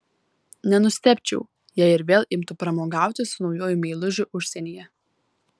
nenustebčiau jei ir vėl imtų pramogauti su naujuoju meilužiu užsienyje